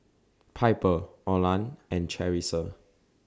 Piper Orland and Charissa